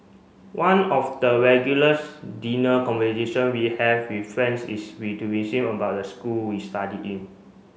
one of the regulars dinner conversation we have with friends is to about the school we studied in